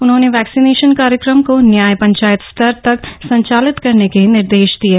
उन्होंने वैक्सीनेशन कार्यक्रम को न्याय पंचायत स्तर तक संचालित करने के निर्देश दिये